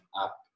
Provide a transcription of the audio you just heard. up